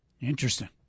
Interesting